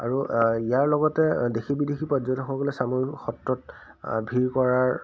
আৰু ইয়াৰ লগতে দেশী বিদেশী পৰ্যটকসকলে চামগুৰি সত্ৰত ভিৰ কৰাৰ